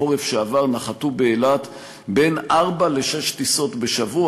בחורף שעבר נחתו באילת בין ארבע לשש טיסות בשבוע.